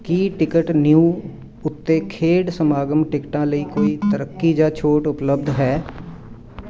ਕੀ ticket new ਉੱਤੇ ਖੇਡ ਸਮਾਗਮ ਟਿਕਟਾਂ ਲਈ ਕੋਈ ਤਰੱਕੀ ਜਾਂ ਛੋਟ ਉਪਲੱਬਧ ਹੈ